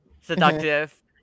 seductive